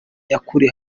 nyakuri